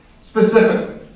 Specifically